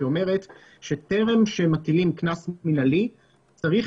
היא אומרת שטרם שמטילים קנס מנהלי צריך